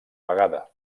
vegada